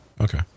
Okay